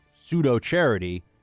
pseudo-charity